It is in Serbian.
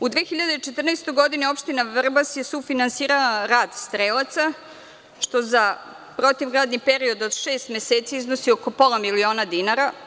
U 2014. godini opština Vrbas je sufinansirala rad strelaca, što za protivgradni period od šest meseci iznosi oko pola miliona dinara.